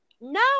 No